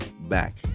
back